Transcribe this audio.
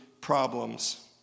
problems